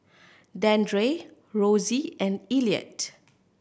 Dandre Rosy and Elliott